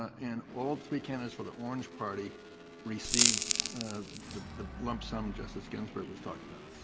and all three candidates for the orange party received the the lump sum justice ginsburg was talking about.